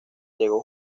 llegó